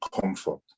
comfort